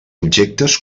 objectes